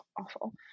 awful